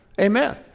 Amen